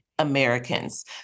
Americans